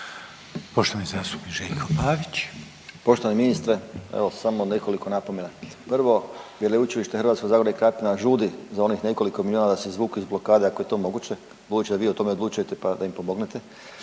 Pavić. **Pavić, Željko (Nezavisni)** Poštovani ministre, evo samo nekoliko napomena. Prvo, Veleučilište Hrvatsko zagorje i Krapina žudi za onih nekoliko milijuna da se izvuku iz blokade ako je to moguće budući da vi o tome odlučujete pa mi pomognete.